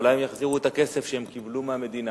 אולי הם יחזירו את הכסף שהם קיבלו מהמדינה,